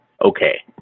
Okay